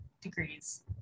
degrees